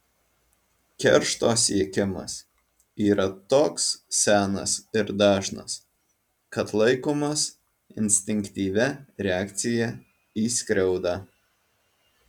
keršto siekimas yra toks senas ir dažnas kad laikomas instinktyvia reakcija į skriaudą